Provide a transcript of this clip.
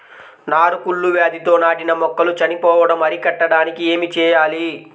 నారు కుళ్ళు వ్యాధితో నాటిన మొక్కలు చనిపోవడం అరికట్టడానికి ఏమి చేయాలి?